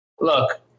Look